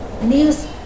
news